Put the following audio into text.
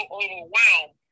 overwhelmed